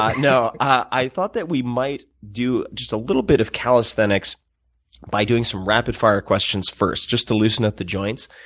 no. i thought that we might do just a little bit of calisthenics by doing some rapid-fire questions first, just to loosen up the joints.